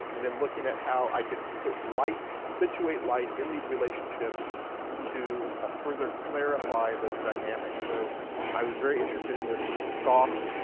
and then looking at how i could put light, situate light in these relationships to ah further clarify those dynamics. so i was very interested in this soft